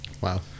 wow